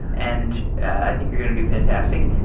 and i think you're going to do fantastic.